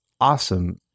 awesome